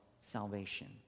salvation